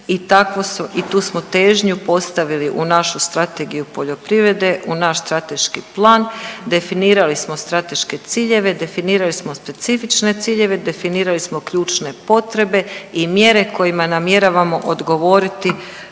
i tu smo težnju postavili u našu Strategiju poljoprivrede, u naš strateški plan, definirali smo strateške ciljeve, definirali smo specifične ciljeve, definirali smo ključne potrebe i mjere kojima namjeravamo odgovoriti